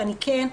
ואני כן,